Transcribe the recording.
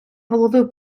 голови